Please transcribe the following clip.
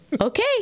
okay